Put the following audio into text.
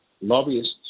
lobbyists